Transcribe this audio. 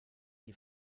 die